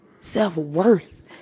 self-worth